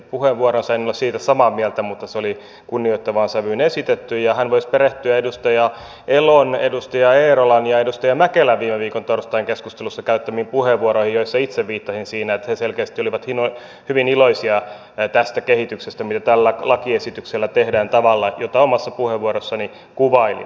en ollut siitä samaa mieltä mutta se oli kunnioittavaan sävyyn esitetty ja hän voisi perehtyä edustaja elon edustaja eerolan ja edustaja mäkelän viime viikon torstain keskustelussa käyttämiin puheenvuoroihin joihin itse viittasin siinä että he selkeästi olivat hyvin iloisia tästä kehityksestä mitä tällä lakiesityksellä tehdään tavalla jota omassa puheenvuorossani kuvailin